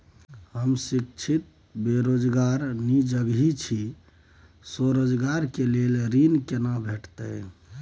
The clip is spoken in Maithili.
हम शिक्षित बेरोजगार निजगही छी, स्वरोजगार के लेल ऋण केना भेटतै?